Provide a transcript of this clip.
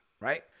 right